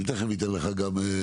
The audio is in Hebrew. אני תיכף אתן לך לדבר.